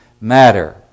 matter